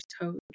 coach